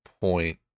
point